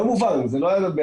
זה לא מובן, זה לא היה בעבר.